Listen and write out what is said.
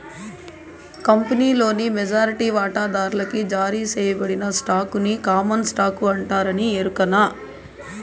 కంపినీలోని మెజారిటీ వాటాదార్లకి జారీ సేయబడిన స్టాకుని కామన్ స్టాకు అంటారని ఎరకనా